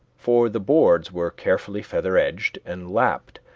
for the boards were carefully feather-edged and lapped,